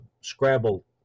Scrabble